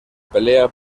pelea